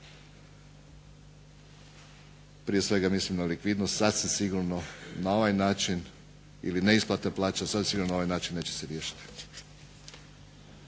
prije svega mislim na likvidnost sasvim sigurno na ovaj način ili neisplata plaća sasvim sigurno na ovaj način neće se riješiti.